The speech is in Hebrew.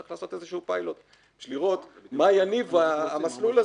צריך לעשות איזשהו פיילוט בשביל לראות מה יניב המסלול הזה.